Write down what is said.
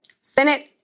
Senate